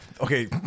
Okay